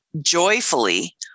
joyfully